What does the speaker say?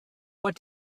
what